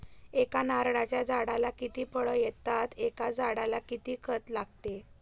एका नारळाच्या झाडाला किती फळ येतात? एका झाडाला किती खत लागते?